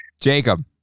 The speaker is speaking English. Jacob